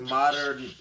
modern